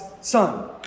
son